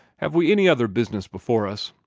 have we any other business before us?